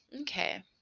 okay